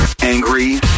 angry